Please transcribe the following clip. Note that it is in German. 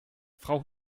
frau